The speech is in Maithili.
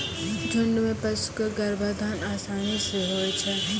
झुंड म पशु क गर्भाधान आसानी सें होय छै